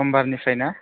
समबारनिफ्राय ना